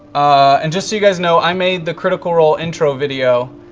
and just so you guys know, i made the critical role intro video,